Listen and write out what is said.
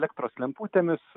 elektros lemputėmis